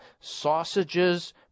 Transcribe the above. sausages